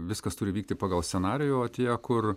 viskas turi vykti pagal scenarijų o tie kur